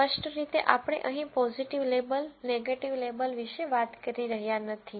સ્પષ્ટ રીતે આપણે અહીં પોઝીટિવ લેબલ નેગેટીવ લેબલ વિશે વાત કરી રહ્યા નથી